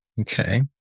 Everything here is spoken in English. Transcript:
Okay